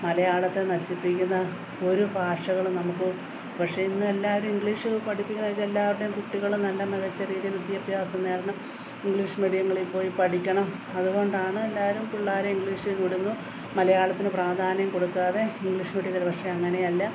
മലയാളത്തെ നശിപ്പിക്കുന്ന ഒരു ഭാഷകളും നമുക്ക് പക്ഷെ ഇന്ന് എല്ലാവരും ഇങ്ക്ളീഷ് പഠിപ്പിക്കുന്നത് ഇത് എല്ലാവരുടെയും കുട്ടികൾ നല്ല മികച്ച രീതീ വിദ്യാഭ്യാസം നേടണം ഇങ്ക്ളീഷ് മീഡിയങ്ങളിൽ പോയി പഠിക്കണം അതുകൊണ്ടാണ് എല്ലാവരും പിള്ളേരെ ഇംഗ്ളീഷിൽ വിടുന്നു മലയാളത്തിന് പ്രാധാന്യം കൊടുക്കാതെ ഇംഗ്ളീഷ് മീഡിയത്തിൽ പക്ഷെ അങ്ങനെയല്ല